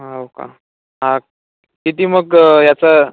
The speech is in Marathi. हो का हा किती मग याचं